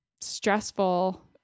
stressful